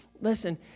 Listen